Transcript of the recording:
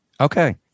okay